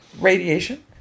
radiation